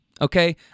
okay